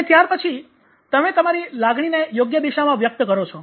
અને ત્યાર પછી તમે તમારી લાગણીને યોગ્ય દિશામાં વ્યક્ત કરો છો